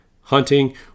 hunting